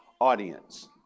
audience